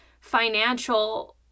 financial